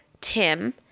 Tim